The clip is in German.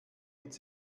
und